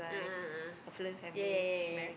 a'ah a'ah a'ah yeah yeah yeah